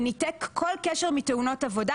וניתק כל קשר מתאונות עבודה,